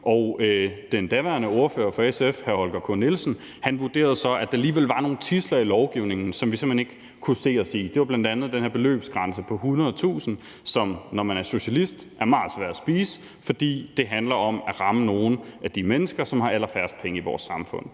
den daværende ordfører for SF, hr. Holger K. Nielsen, vurderede så, at der alligevel var nogle tidsler i lovgivningen, som vi simpelt hen ikke kunne se os i. Det var bl.a. den her beløbsgrænse på 100.000 kr., som, når man er socialist, er meget svær at spise, fordi det handler om at ramme nogle af de mennesker, som har allerfærrest penge i vores samfund.